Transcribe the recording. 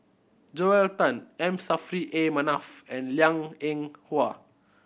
Joel Tan M Saffri A Manaf and Liang Eng Hwa